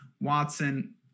Watson